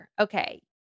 Okay